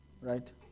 right